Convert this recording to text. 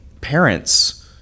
parents